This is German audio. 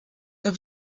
der